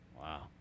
Wow